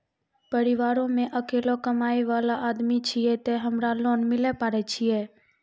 परिवारों मे अकेलो कमाई वाला आदमी छियै ते हमरा लोन मिले पारे छियै?